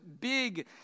big